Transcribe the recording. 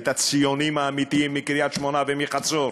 את הציונים האמיתיים מקריית-שמונה ומחצור,